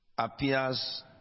Appears